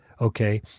Okay